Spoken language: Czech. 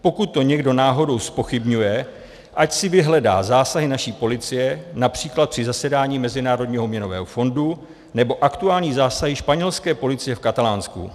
Pokud to někdo náhodou zpochybňuje, ať si vyhledá zásahy naší policie například při zasedání Mezinárodního měnového fondu nebo aktuální zásahy španělské policie v Katalánsku.